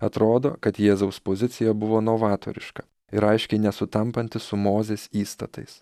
atrodo kad jėzaus pozicija buvo novatoriška ir aiškiai nesutampanti su mozės įstatais